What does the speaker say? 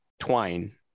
twine